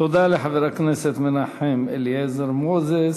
תודה לחבר הכנסת מנחם אליעזר מוזס.